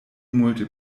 multe